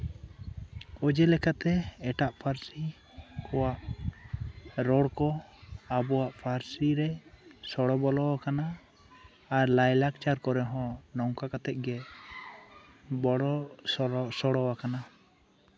ᱚᱡᱮ ᱞᱮᱠᱟᱛᱮ ᱮᱴᱟᱜ ᱯᱟᱹᱨᱥᱤ ᱠᱚᱣᱟᱜ ᱨᱚᱲ ᱠᱚ ᱟᱵᱚᱣᱟᱜ ᱯᱟᱹᱨᱥᱤ ᱨᱮ ᱥᱚᱲᱚ ᱵᱚᱞᱚᱣᱟᱠᱟᱱᱟ ᱟᱨ ᱞᱟᱭᱼᱞᱟᱠᱪᱟᱨ ᱠᱚᱨᱮ ᱦᱚᱸ ᱱᱚᱝᱠᱟ ᱠᱟᱛᱮᱫ ᱜᱮ ᱵᱚᱲᱚᱥᱚᱲᱚ ᱥᱚᱲᱚᱣᱟᱠᱟᱱᱟ